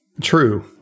True